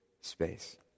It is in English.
space